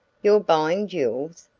you're buying jewels?